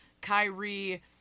Kyrie